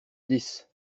dix